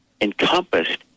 encompassed